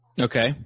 Okay